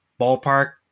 ballpark